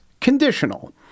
conditional